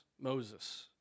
Moses